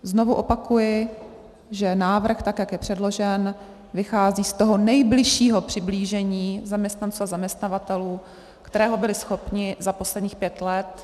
Znovu opakuji, že návrh, tak jak je předložen, vychází z toho nejbližšího přiblížení zaměstnanců a zaměstnavatelů, kterého byli schopni za posledních pět let.